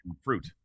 fruit